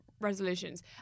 resolutions